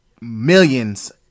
millions